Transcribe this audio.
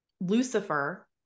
Lucifer